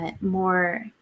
more